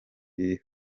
iri